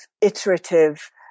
iterative